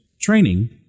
training